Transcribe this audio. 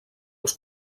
els